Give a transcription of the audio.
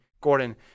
Gordon